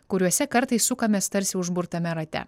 kuriuose kartais sukamės tarsi užburtame rate